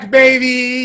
baby